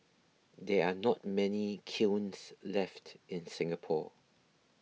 there are not many kilns left in Singapore